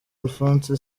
alphonse